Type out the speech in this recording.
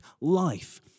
life